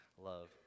love